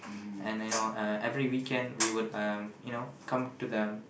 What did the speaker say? and you know uh every weekend we would um you know come to the